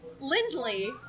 Lindley